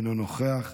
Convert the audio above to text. אינו נוכח,